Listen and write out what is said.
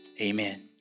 Amen